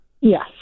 Yes